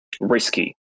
risky